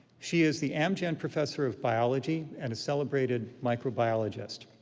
she is the amgen professor of biology and a celebrated microbiologist.